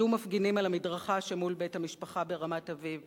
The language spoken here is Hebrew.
עמדו מפגינים על המדרכה שמול בית המשפחה ברמת-אביב